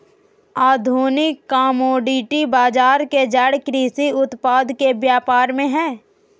आधुनिक कमोडिटी बजार के जड़ कृषि उत्पाद के व्यापार में हइ